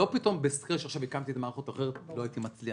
לא הקמתי פתאום מערכת אחרת לא הייתי מצליח,